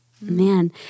Man